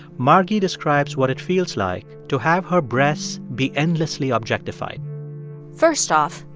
margy describes what it feels like to have her breasts be endlessly objectified first off,